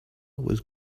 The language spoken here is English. was